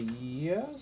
Yes